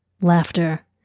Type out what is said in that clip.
laughter